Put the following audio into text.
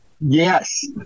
Yes